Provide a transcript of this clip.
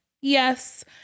yes